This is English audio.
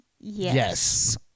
Yes